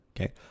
Okay